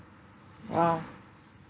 !wow!